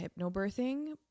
hypnobirthing